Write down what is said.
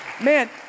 Man